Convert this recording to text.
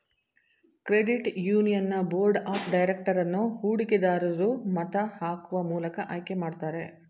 credit union board of director ಅನ್ನು ಹೂಡಿಕೆ ದರೂರು ಮತ ಹಾಕುವ ಮೂಲಕ ಆಯ್ಕೆ ಮಾಡುತ್ತಾರೆ